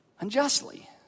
unjustly